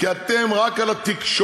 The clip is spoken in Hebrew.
כי אתם רק על התקשורת.